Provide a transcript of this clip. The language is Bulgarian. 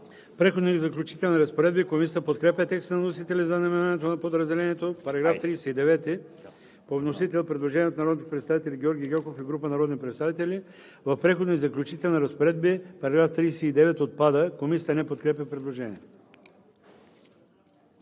„Преходни и заключителни разпоредби“. Комисията подкрепя текста на вносителя за наименованието на подразделението. По § 39 по вносител има предложение от народния представител Георги Гьоков и група народни представители: „В Преходни и заключителни разпоредби § 39 – отпада.“ Комисията не подкрепя предложението.